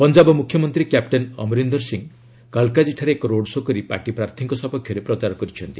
ପଞ୍ଜାବ ମୁଖ୍ୟମନ୍ତ୍ରୀ କ୍ୟାପଟେନ୍ ଅମରିନ୍ଦର ସିଂହ କାଲକାଜିଠାରେ road show' କରି ପାର୍ଟି ପ୍ରାର୍ଥୀଙ୍କ ସପକ୍ଷରେ ପ୍ରଚାର କରିଛନ୍ତି